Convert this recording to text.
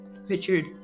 Richard